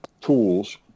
tools